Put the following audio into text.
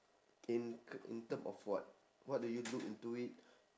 in in term of what what do you look into it